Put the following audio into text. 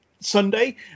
Sunday